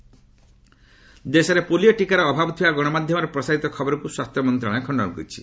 health polio ଦେଶରେ polio ଟୀକାର ଅଭାବା ଥିବା ଗଣମାଧ୍ୟମରେ ପ୍ରସାରିତ ଖବରକୁ ସ୍ୱାସ୍ଥ୍ୟ ମନ୍ତ୍ରଣାଳୟ ଖଣ୍ଡନ କରିଛି